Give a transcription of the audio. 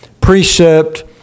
precept